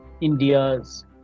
India's